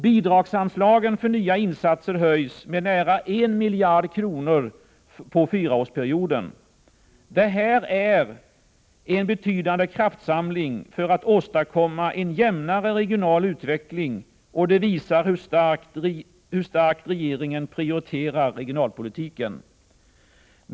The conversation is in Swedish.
Bidragsanslagen för nya insatser höjs med nära 1 miljard kronor på fyraårsperioden. Det här innebär en betydande kraftsamling för att åstadkomma en jämnare regional utveckling, och det visar hur starkt regeringen prioriterar regionalpolitiken.